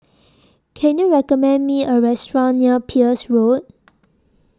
Can YOU recommend Me A Restaurant near Peirce Road